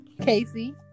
Casey